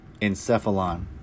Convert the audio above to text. Encephalon